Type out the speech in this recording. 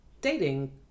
dating